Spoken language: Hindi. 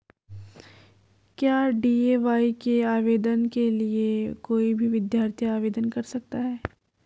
क्या डी.ए.वाय के आवेदन के लिए कोई भी विद्यार्थी आवेदन कर सकता है?